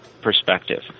perspective